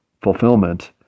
fulfillment